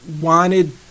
wanted